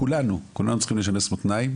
כולנו צריכים לשנס מותניים